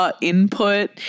Input